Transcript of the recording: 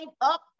up